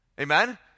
Amen